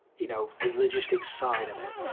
you know, the logistics side of it.